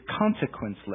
consequenceless